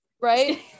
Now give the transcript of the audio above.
Right